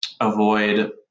avoid